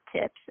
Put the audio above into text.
tips